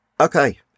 Okay